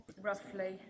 Roughly